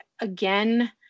again